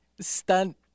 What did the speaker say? stunt